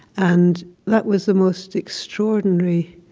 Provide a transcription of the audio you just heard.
and that was the most extraordinary